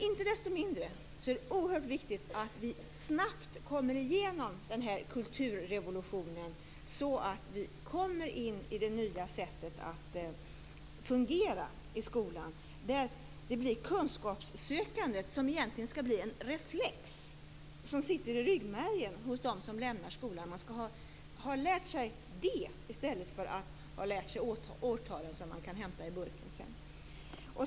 Inte desto mindre är det oerhört viktigt att vi snabbt kommer igenom kulturrevolutionen så att vi kommer in i det nya sättet att fungera i skolan. Kunskapssökandet skall egentligen bli en reflex som sitter i ryggmärgen hos dem som lämnar skolan. Man skall ha lärt sig det i stället för de årtal som man kan hämta i burken.